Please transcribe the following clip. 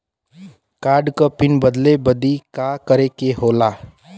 Card क PIN बदले बदी का करे के होला?